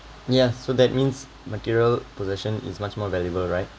ya so that means material possession is much more valuable right